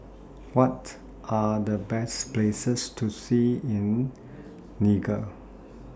What Are The Best Places to See in Niger